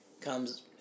comes